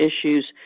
issues